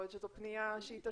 יכול להיות שזו פנייה לתשלום.